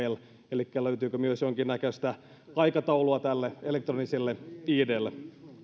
elikkä löytyykö myös jonkinnäköistä aikataulua tälle elektroniselle idlle